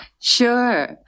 Sure